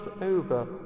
over